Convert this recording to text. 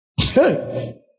hey